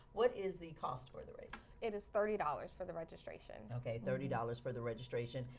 what is the cost for the race? it is thirty dollars for the registration. okay, thirty dollars for the registration.